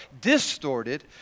distorted